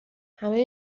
همه